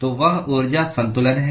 तो वह ऊर्जा संतुलन है